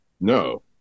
No